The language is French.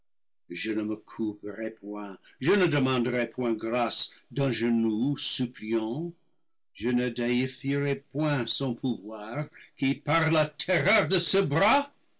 je ne me courberai point je ne demanderai point grâce d'un genou suppliant je ne déifierai point son pouvoir qui par la terreur de ce bras